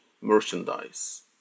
merchandise